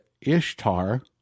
Ishtar